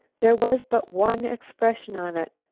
there was but one expression on it,